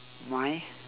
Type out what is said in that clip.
mine